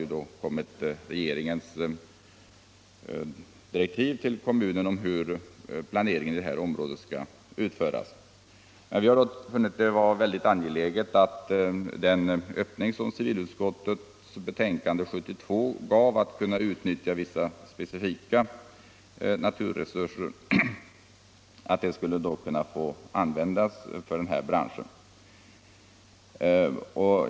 Nu står riksdagens riktlinjer fast, och regeringen har utfärdat direktiv till kommunerna hur planeringen i området skall utföras. Vi har funnit det vara mycket angeläget att de möjligheter som civilutskottets betänkande år 1972 gav att utnyttja vissa specifika naturresurser skall kunna utnyttjas för oljeplattformstillverkning.